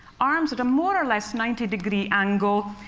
arms at a more or less ninety degree angle,